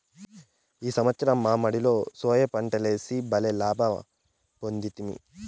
ఈ సంవత్సరం మా మడిలో సోయా పంటలేసి బల్లే లాభ పొందితిమి